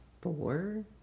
four